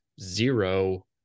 zero